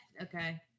Okay